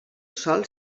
sòl